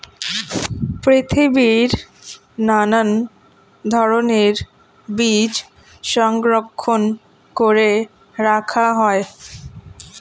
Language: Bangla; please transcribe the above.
পৃথিবীর নানা ধরণের বীজ সংরক্ষণ করে রাখা হয়